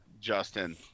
Justin